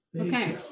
Okay